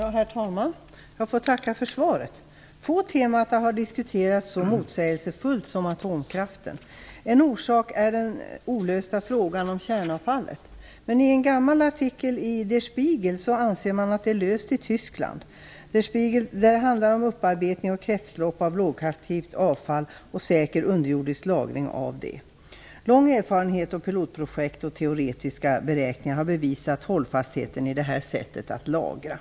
Herr talman! Jag får tacka för svaret. Få teman har diskuterats så motsägelsefullt som atomkraften. En orsak är den olösta frågan om kärnavfallet. I en gammal artikel i Der Spiegel anser man att den frågan är löst i Tyskland. Det handlar om upparbetning, kretslopp av lågaktivt avfall och säker underjordisk lagring av detta. Lång erfarenhet, pilotprojekt och teoretiska beräkningar har bevisat hållfastheten i detta sätt att lagra.